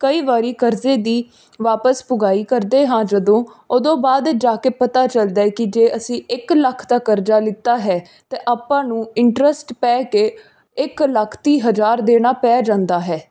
ਕਈ ਵਾਰੀ ਕਰਜ਼ੇ ਦੀ ਵਾਪਿਸ ਪੁਗਾਈ ਕਰਦੇ ਹਾਂ ਜਦੋਂ ਉਦੋਂ ਬਾਅਦ ਜਾ ਕੇ ਪਤਾ ਚੱਲਦਾ ਹੈ ਕਿ ਜੇ ਅਸੀਂ ਇੱਕ ਲੱਖ ਦਾ ਕਰਜ਼ਾ ਲਿੱਤਾ ਹੈ ਤਾਂ ਆਪਾਂ ਨੂੰ ਇੰਟਰਸਟ ਪੈ ਕੇ ਇੱਕ ਲੱਖ ਤੀਹ ਹਜ਼ਾਰ ਦੇਣਾ ਪੈ ਜਾਂਦਾ ਹੈ